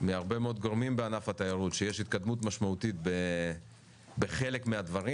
מהרבה מאוד גורמים בענף התיירות שיש התקדמות משמעותית בחלק מהדברים,